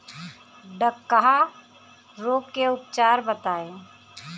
डकहा रोग के उपचार बताई?